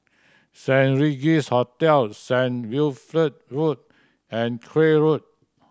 Saint Regis Hotel Saint Wilfred Road and Craig Road